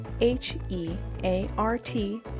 h-e-a-r-t